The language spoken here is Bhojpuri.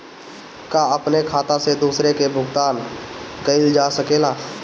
का अपने खाता से दूसरे के भी भुगतान कइल जा सके ला?